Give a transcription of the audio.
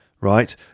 right